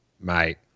Mate